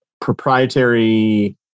proprietary